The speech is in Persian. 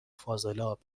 فاضلاب